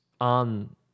on